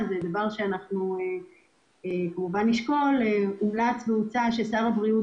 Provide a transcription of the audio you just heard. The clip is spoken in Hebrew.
וזה דבר שכמובן נשקול הומלץ והוצע ששר הבריאות